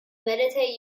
meditate